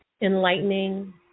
enlightening